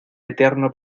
eterno